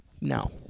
No